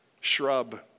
shrub